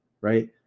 right